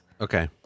okay